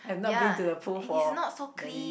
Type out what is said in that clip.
ya and it's not so clean